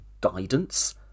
guidance